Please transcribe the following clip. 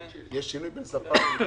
קובע.